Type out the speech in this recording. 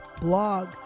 blog